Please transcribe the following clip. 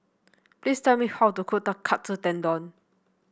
please tell me how to cook Katsu Tendon